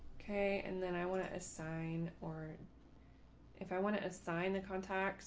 ok, and then i want to assign or if i want to assign the contacts